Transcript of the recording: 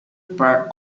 parts